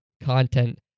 content